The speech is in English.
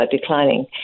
declining